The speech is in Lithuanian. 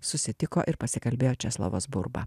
susitiko ir pasikalbėjo česlovas burba